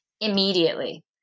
immediately